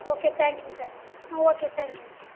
okay தேங்க்யூங்க sir okay தேங்க்யூங்க sir